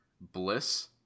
Bliss